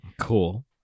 Cool